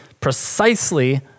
precisely